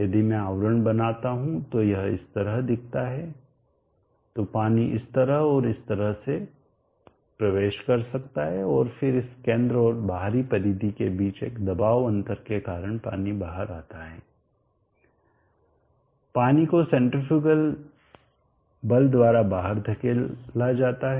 यदि मैं आवरण बनाता हूं तो यह इस तरह दिखता है तो पानी इस तरह और इस तरह से प्रवेश कर सकता है और फिर इस केंद्र और बाहरी परिधि के बीच एक दबाव अंतर के कारण पानी बाहर आता है पानी को सेन्ट्रीफ्यूगल बल द्वारा बाहर धकेला जाता है